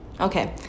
Okay